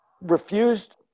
refused